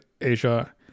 Asia